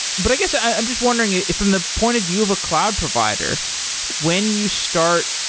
but i guess, i'm just wondering. from the point of view of a cloud, provider when you start